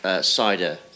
cider